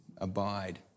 abide